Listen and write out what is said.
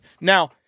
Now